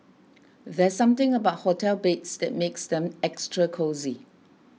there's something about hotel beds that makes them extra cosy